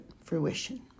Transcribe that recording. fruition